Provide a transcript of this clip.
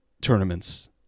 tournaments